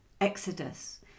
Exodus